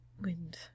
Wind